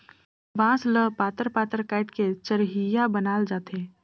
बांस ल पातर पातर काएट के चरहिया बनाल जाथे